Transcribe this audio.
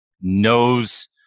knows